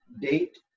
date